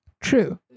True